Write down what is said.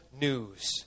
news